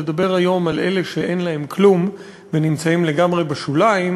לדבר היום על אלה שאין להם כלום ונמצאים לגמרי בשוליים,